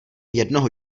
jednoho